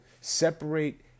separate